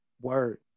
word